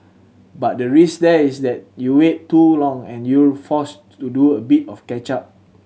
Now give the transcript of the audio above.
but the risk there is that you wait too long and you're forced to do a bit of catch up